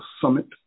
summit